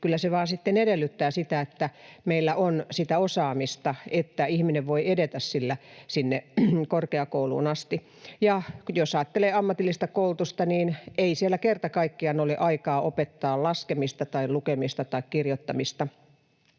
kyllä se vaan sitten edellyttää sitä, että meillä on sitä osaamista, että ihminen voi edetä sinne korkeakouluun asti. Ja jos ajattelee ammatillista koulutusta, niin ei siellä kerta kaikkiaan ole aikaa opettaa laskemista tai lukemista tai kirjoittamista,